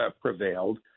prevailed